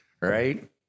right